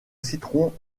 citron